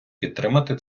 підтримати